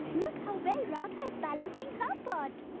look how well radha is balancing her pot!